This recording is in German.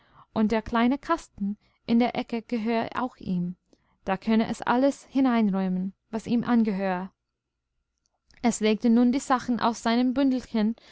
und der kleine kasten in der ecke gehöre auch ihm da könne es alles hineinräumen was ihm angehöre es legte nun die sachen aus seinem bündelchen